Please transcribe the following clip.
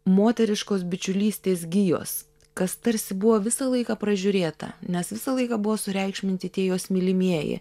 moteriškos bičiulystės gijos kas tarsi buvo visą laiką pražiūrėta nes visą laiką buvo sureikšminti tie jos mylimieji